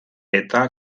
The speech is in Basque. eta